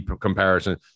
comparison